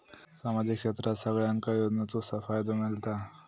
सामाजिक क्षेत्रात सगल्यांका योजनाचो फायदो मेलता?